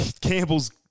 Campbell's